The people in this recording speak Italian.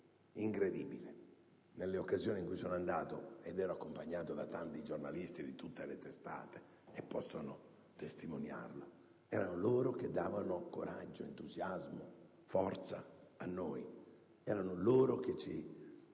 è incredibile. Nelle occasioni in cui sono andato - ero accompagnato da tanti giornalisti di tutte le testate che possono testimoniarlo - erano loro che davano coraggio, entusiasmo e forza a noi: erano loro che ci